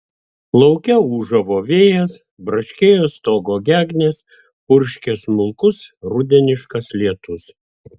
lauke ūžavo vėjas braškėjo stogo gegnės purškė smulkus rudeniškas lietus